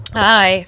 hi